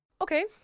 Okay